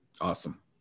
Awesome